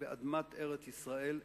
באדמת ארץ-ישראל לזרים.